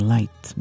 Light